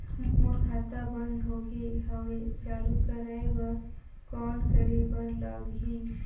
मोर खाता बंद हो गे हवय चालू कराय बर कौन करे बर लगही?